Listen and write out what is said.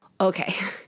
Okay